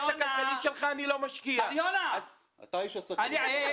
במצב שלך אני לא משקיע." אתה איש עסקים.